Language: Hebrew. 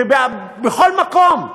בכל מקום.